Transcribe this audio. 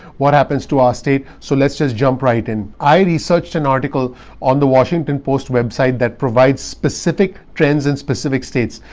what happens to our state. so let's just jump right in. i researched an article on the washington post web site that provides specific trends in specific states.